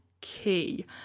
key